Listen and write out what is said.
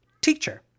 teacher